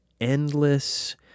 endless